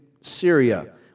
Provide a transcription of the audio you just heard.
Syria